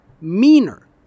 meaner